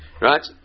Right